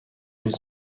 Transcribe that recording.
yüz